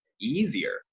easier